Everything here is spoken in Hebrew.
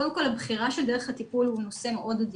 קודם כל הבחירה של דרך הטיפול היא נושא מאוד עדין,